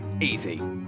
easy